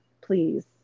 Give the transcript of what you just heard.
please